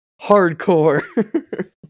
Hardcore